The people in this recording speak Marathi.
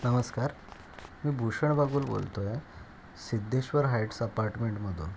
नमस्कार मी भूषण बागूल बोलतो आहे सिद्धेश्वर हाईट्स अपार्टमेंटमधून